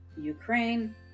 Ukraine